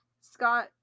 Scott